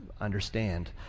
understand